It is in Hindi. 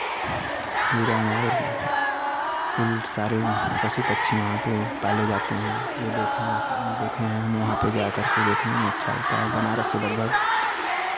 हिरण और कुल सारे पशु पक्षी वहाँ पे पाले जाते हैं वे देखें देखे हैं हम वहाँ पे जाकर के देखने में अच्छा लगता है बनारस से लगभग